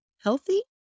healthy